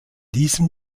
diesem